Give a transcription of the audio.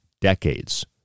decades